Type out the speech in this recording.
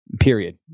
period